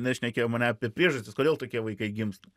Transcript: nešnekėjom ane apie priežastis kodėl tokie vaikai gimsta